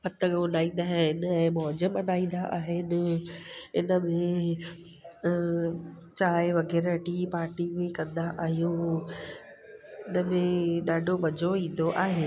पतंग उड़ाईंदा आहिनि ऐं मौज मल्हाईंदा आहिनि हिन में चांहि वग़ैरह टी पार्टी बि कंदा आहियूं हिन में ॾाढो मज़ो ईंदो आहे